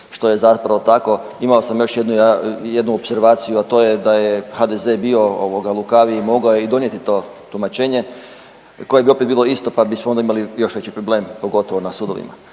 što je zapravo tako. Imao sam još jednu opservaciju, a to je da je HDZ bio ovoga, lukaviji, mogao je i donijeti to tumačenje koje bi onda opet bilo isto pa bismo onda imali još veći problem, pogotovo na sudovima.